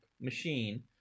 machine